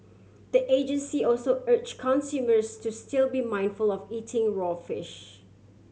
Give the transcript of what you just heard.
the agency also urge consumers to still be mindful of eating raw fish